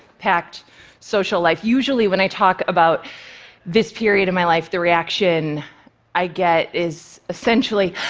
packed social life. usually, when i talk about this period of my life, the reaction i get is essentially